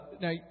now